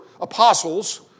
apostles